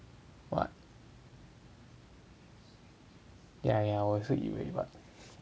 what yeah yeah 我也是以为 but